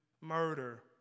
murder